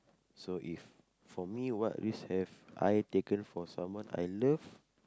so if for me what risk have I taken for someone I love